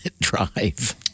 drive